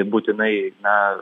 būtinai na